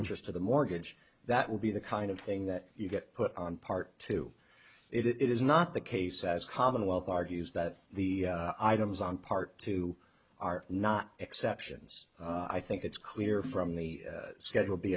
interest to the mortgage that would be the kind of thing that you get put on part two it is not the case as commonwealth argues that the items on part two are not exceptions i think it's clear from the schedule b